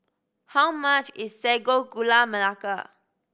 how much is Sago Gula Melaka